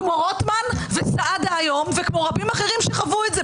כמו רוטמן וסעדה היום וכמו רבים אחרים שחוו את זה.